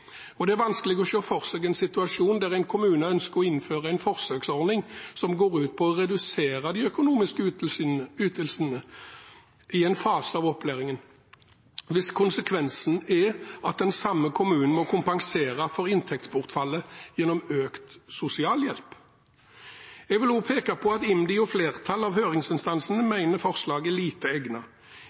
Det er vanskelig å se for seg en situasjon der en kommune ønsker å innføre en forsøksordning som går ut på å redusere de økonomiske ytelsene i en fase av opplæringen, hvis konsekvensen er at den samme kommunen må kompensere for inntektsbortfallet gjennom økt sosialhjelp. Jeg vil også peke på at IMDi og flertallet av høringsinstansene mener forslaget er lite